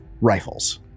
rifles